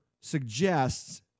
suggests